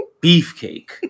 Beefcake